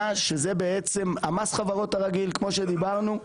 שזה בעצם מס החברות הרגיל כמו שדיברנו.